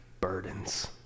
burdens